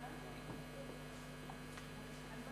אנא